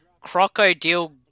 Crocodile